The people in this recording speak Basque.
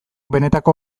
benetako